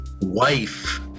wife